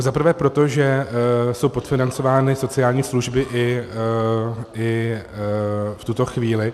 Za prvé proto, že jsou podfinancovány sociální služby i v tuto chvíli.